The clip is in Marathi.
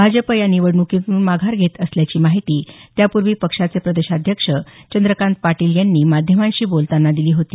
भाजप या निवडण्कीतून माघार घेत असल्याची माहिती त्यापर्वी पक्षाचे प्रदेशाध्यक्ष चंद्रकांत पाटील यांनी माध्यमांशी बोलताना दिली होती